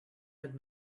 had